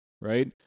right